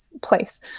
place